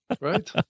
right